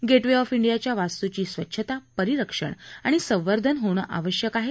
gate way of डियाच्या वास्तूची स्वच्छता परिरक्षण आणि संवर्धन होणं आवश्यक आहे